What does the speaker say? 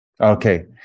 okay